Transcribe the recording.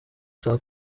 saa